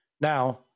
Now